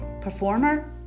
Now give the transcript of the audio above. performer